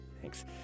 Thanks